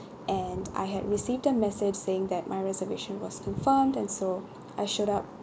and I had received a message saying that my reservation was confirmed and so I showed up